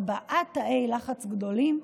ארבעה תאי לחץ גדולים,